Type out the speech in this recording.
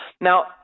Now